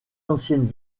anciennes